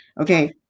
Okay